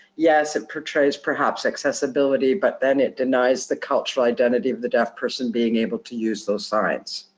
yes, it portrays perhaps accessibility, but then it denies the cultural identity of the deaf person being able to use those signs.